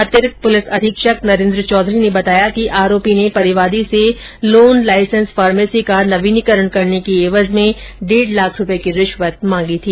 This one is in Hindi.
अतिरिक्त पुलिस अधीक्षक नरेन्द्र चौधरी ने बताया कि आरोपी ने परिवादी से लोन लाइसेंस फार्मेसी का नवीनीकरण करने की एवज में डेढ लाख रूपये की रिश्वत मांगी थी